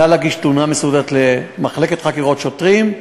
נא להגיש תלונה מסודרת למחלקת חקירות שוטרים,